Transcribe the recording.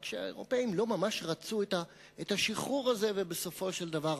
רק שהאירופים לא ממש רצו את השחרור הזה ובסופו של דבר